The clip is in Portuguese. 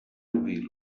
ouvi